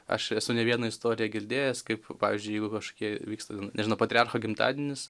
aš esu ne vieną istoriją girdėjęs kaip pavyzdžiui jeigu kažkokie vyksta nežinau patriarcho gimtadienis